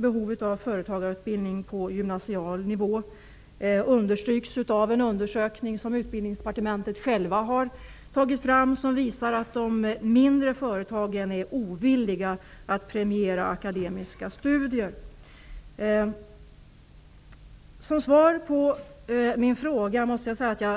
Behovet av företagarutbildning på gymnasial nivå understryks också av en undersökning som Utbildningsdepartementet har tagit fram, som visar att de mindre företagen är ovilliga att premiera akademiska studier.